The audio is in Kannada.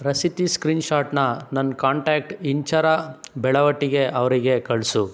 ರಸೀದಿ ಸ್ಕ್ರೀನ್ ಶಾಟ್ನ ನನ್ನ ಕಾಂಟ್ಯಾಕ್ಟ್ ಇಂಚರ ಬೆಳವಟಗಿ ಅವರಿಗೆ ಕಳಿಸು